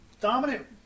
dominant